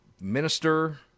minister